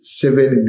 seven